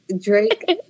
Drake